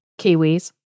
Kiwis